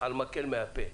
על מקל מהפה.